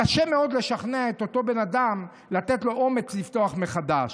קשה מאוד לשכנע את אותו בן אדם לתת לו אומץ לפתוח מחדש.